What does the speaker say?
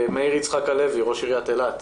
מאיר יצחק הלוי, ראש עיריית אילת.